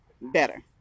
better